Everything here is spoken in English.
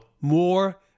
More